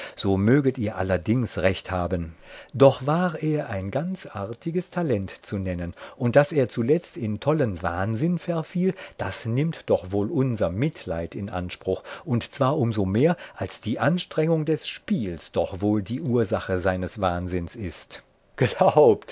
so möget ihr allerdings recht haben doch war er ein ganz artiges talent zu nennen und daß er zuletzt in tollen wahnsinn verfiel das nimmt doch wohl unser mitleid in anspruch und zwar um so mehr als die anstrengung des spiels doch wohl die ursache seines wahnsinns ist